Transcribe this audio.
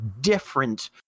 different